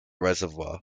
reservoir